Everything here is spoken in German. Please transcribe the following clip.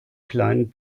kleinen